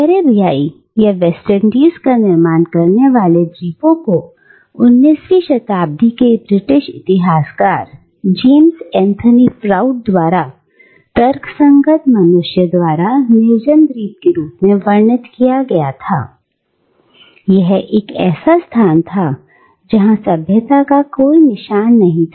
कैरेबियाई या वेस्टइंडीज का निर्माण करने वाले द्वीपों को 19वीं शताब्दी के ब्रिटिश इतिहासकार जेम्स एंथनी फ्राउड द्वारा तर्कसंगत मनुष्य द्वारा निर्जन द्वीप के रूप में वर्णित किया गया था एक ऐसा स्थान जहां सभ्यता का कोई निशान नहीं था